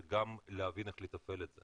זה גם להבין איך לתפעל את זה